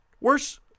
Worse